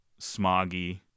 Smoggy